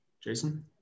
Jason